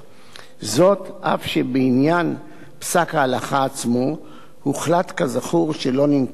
אף שבעניין פסק ההלכה עצמו הוחלט כזכור שלא לנקוט הליכים פליליים.